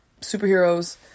superheroes